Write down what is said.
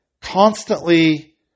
constantly